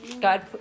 God